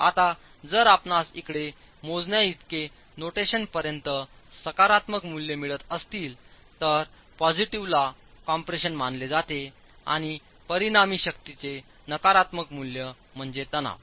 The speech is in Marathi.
आता जर आपणास इकडे मोजण्याइतके नोटेशनपर्यंतसकारात्मक मूल्येमिळत असतील तरपॉझिटिव्हलाकॉम्प्रेशनमानलेजाते आणि परिणामी शक्तीचे नकारात्मक मूल्य म्हणजे तणाव